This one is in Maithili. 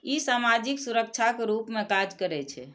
ई सामाजिक सुरक्षाक रूप मे काज करै छै